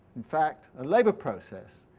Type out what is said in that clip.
in fact a labour process,